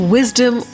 Wisdom